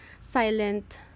silent